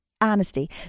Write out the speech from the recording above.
Honesty